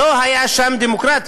לא הייתה שם דמוקרטיה.